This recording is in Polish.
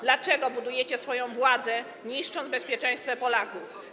Dlaczego budujecie swoją władzę, niszcząc bezpieczeństwo Polaków?